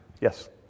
Yes